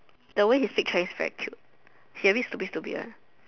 the way he speak Chinese very cute he a bit stupid stupid one